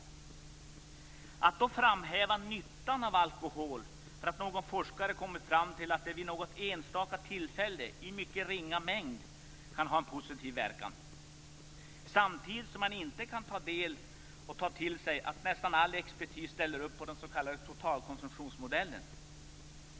Det kan väl inte uppfattas som annat än ganska märkligt att man - bara därför att någon forskare kommit fram till att alkoholen vid något enstaka tillfälle i mycket ringa mängd kan ha positiv verkan - vill framhålla nyttan med alkoholen och samtidigt inte kan ta till sig att nästan all expertis ställer sig bakom den s.k. totalkonsumtionsmodellen.